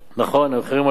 נכון, המחירים עלו.